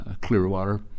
Clearwater